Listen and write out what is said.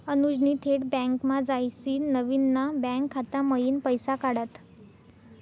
अनुजनी थेट बँकमा जायसीन नवीन ना बँक खाता मयीन पैसा काढात